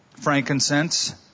frankincense